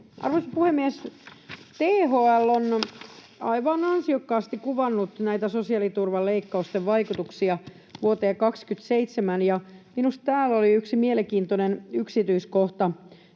Arvoisa puhemies! THL on aivan ansiokkaasti kuvannut näitä sosiaaliturvaleikkausten vaikutuksia vuoteen 27, ja minusta täällä oli yksi mielenkiintoinen yksityiskohta